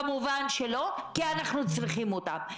כמובן שלא, כי אנחנו צריכים אותם.